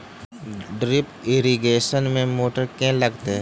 Drip irrigation मे motor केँ लागतै?